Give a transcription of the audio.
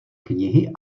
knihy